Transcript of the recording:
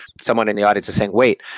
someone in the audience is saying, wait,